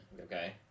okay